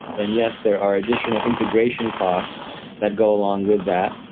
then yes, there are additional integration costs that go along with that,